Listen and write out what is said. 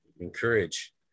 encourage